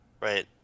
Right